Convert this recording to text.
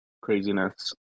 craziness